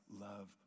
love